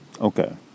Okay